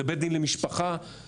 זה בית דין למשפחה ותעבורה,